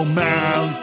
man